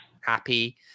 happy